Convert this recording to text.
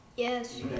Yes